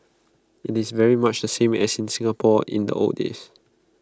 IT is very much the same as in Singapore in the old days